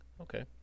Okay